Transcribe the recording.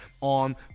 On